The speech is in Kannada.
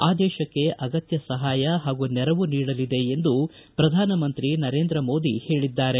ಆ ದೇಶಕ್ಕೆ ಅಗತ್ಯ ಸಹಾಯ ಹಾಗೂ ನೆರವು ನೀಡಲಿದೆ ಎಂದು ಪ್ರಧಾನಮಂತ್ರಿ ನರೇಂದ್ರ ಮೋದಿ ಹೇಳದ್ದಾರೆ